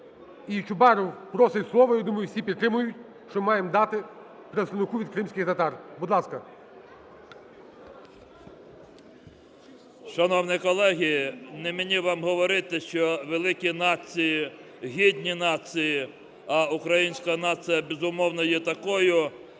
і Чубаров просить слово, я думаю, всі підтримають, що маємо дати представнику від кримських татар, будь ласка. 13:51:49 ЧУБАРОВ Р.А. Шановні колеги, не мені вам говорити, що великі нації, гідні нації, а українська нація, безумовно, є такою,